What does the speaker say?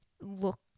look